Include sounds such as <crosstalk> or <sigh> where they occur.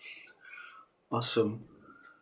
<breath> awesome